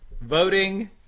voting